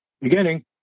Beginning